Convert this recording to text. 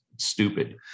stupid